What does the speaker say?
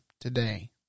today